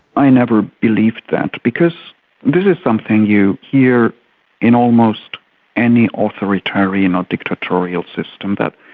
i never believed that, because this is something you hear in almost any authoritarian or dictatorial system, that,